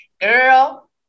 girl